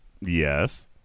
Yes